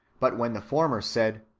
but when the former said,